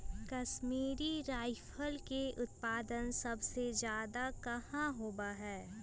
Kashmiri fibre के उत्पादन सबसे ज्यादा कहाँ होबा हई?